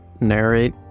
narrate